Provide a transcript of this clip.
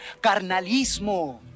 carnalismo